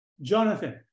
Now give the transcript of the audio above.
Jonathan